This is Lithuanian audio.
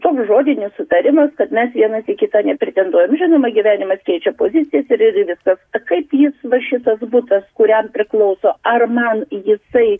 toks žodinis sutarimas kad mes vienas į kitą nepretenduojam žinoma gyvenimas keičia pozicijas ir viskas a kaip jis va šitas butas kuriam priklauso ar man jisai